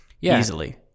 easily